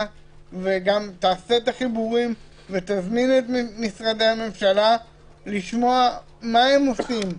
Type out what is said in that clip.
וגם תעשה את החיבורים ותזמין את משרדי הממשלה לשמוע מה הם עושים,